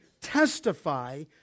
testify